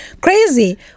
crazy